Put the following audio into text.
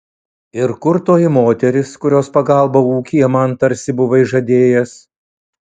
ir kur toji moteris kurios pagalbą ūkyje man tarsi buvai žadėjęs